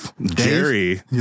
Jerry